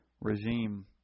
regime